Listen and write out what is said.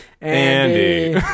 Andy